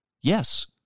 Yes